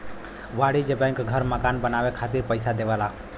वाणिज्यिक बैंक घर मकान बनाये खातिर पइसा देवला